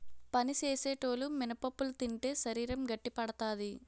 పని సేసేటోలు మినపప్పులు తింటే శరీరం గట్టిపడతాది